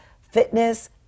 fitness